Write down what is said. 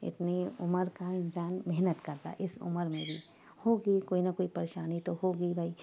اتنی عمر کا انسان محنت کر رہا ہے اس عمر میں بھی ہوگی کوئی نہ کوئی پریشانی تو ہوگی بھئی